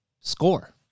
score